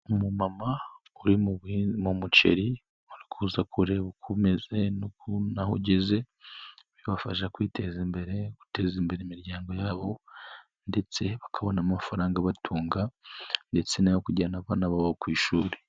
Umumama uri mu muceri uri kuza kureba umeze n'aho ugeze bibafasha kwiteza imbere guteza imbere imiryango yabo ndetse bakabona amafaranga batunga ndetse n'ayo kujyana abana babo ku ishuri.